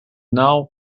now